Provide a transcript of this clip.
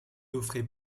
offrait